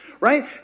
right